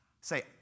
Say